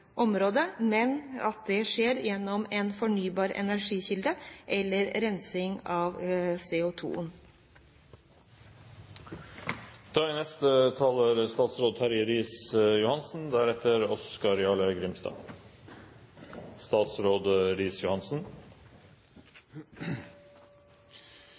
området, men at det skjer gjennom en fornybar energikilde eller rensing av